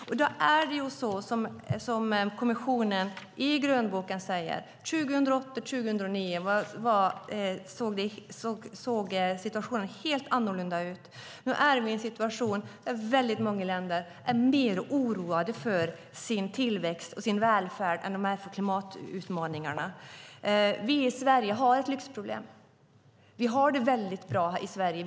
Kommissionen säger i grönboken att situationen såg helt annorlunda ut 2008-2009. Nu är vi i en situation där väldigt många länder är mer oroade för sin tillväxt och sin välfärd än de är för klimatutmaningarna. Vi i Sverige har ett lyxproblem. Vi har det väldigt bra i Sverige.